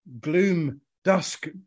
gloom-dusk